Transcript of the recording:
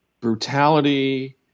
brutality